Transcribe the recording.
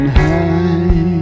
high